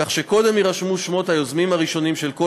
כך שקודם יירשמו שמות היוזמים הראשונים של כל